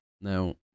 Now